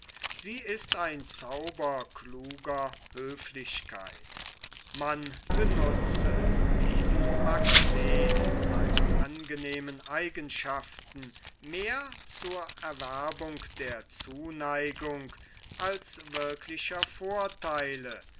sie ist ein zauber kluger höflichkeit man benutze diesen magnet seiner angenehmen eigenschaften mehr zur erwerbung der zuneigung als wirklicher vortheile